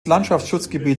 landschaftsschutzgebiet